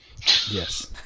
yes